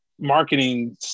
marketing